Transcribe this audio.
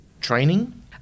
training